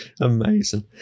Amazing